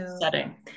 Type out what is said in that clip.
setting